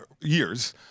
years